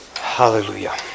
Hallelujah